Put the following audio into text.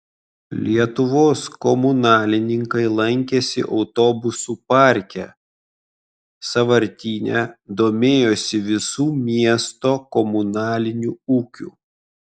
lietuvos komunalininkai lankėsi autobusų parke sąvartyne domėjosi visu miesto komunaliniu ūkiu